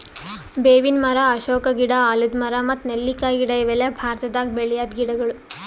ಬೇವಿನ್ ಮರ, ಅಶೋಕ ಗಿಡ, ಆಲದ್ ಮರ ಮತ್ತ್ ನೆಲ್ಲಿಕಾಯಿ ಗಿಡ ಇವೆಲ್ಲ ಭಾರತದಾಗ್ ಬೆಳ್ಯಾದ್ ಗಿಡಗೊಳ್